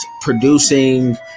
producing